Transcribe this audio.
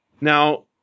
Now